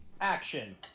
Action